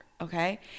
Okay